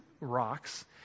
rocks